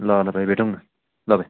ल ल भाइ भेटौँ न ल भाइ